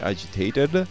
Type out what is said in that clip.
Agitated